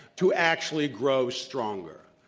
to actually grow stronger.